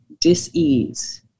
dis-ease